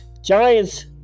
Giants